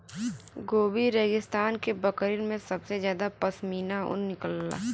Gobi रेगिस्तान के बकरिन से सबसे जादा पश्मीना ऊन निकलला